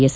S